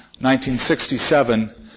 1967